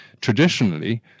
traditionally